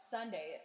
Sunday